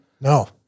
No